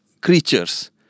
creatures